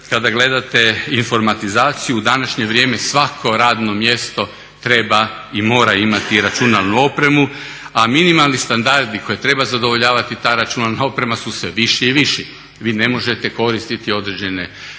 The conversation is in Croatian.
kada gledate informatizaciju u današnje vrijeme svako radno mjesto treba i mora imati računalnu opremu, a minimalni standardi koje treba zadovoljavati ta računalna oprema su sve viši i viši. Vi ne možete koristiti određene baze